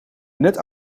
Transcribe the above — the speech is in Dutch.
net